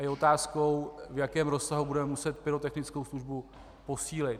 A je otázkou, v jakém rozsahu budeme muset pyrotechnickou službu posílit.